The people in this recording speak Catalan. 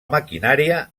maquinària